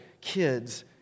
kids